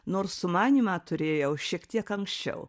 nors sumanymą turėjau šiek tiek anksčiau